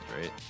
right